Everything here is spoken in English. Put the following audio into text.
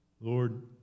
Lord